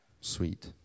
Sweet